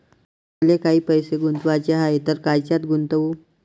मले काही पैसे गुंतवाचे हाय तर कायच्यात गुंतवू?